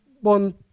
one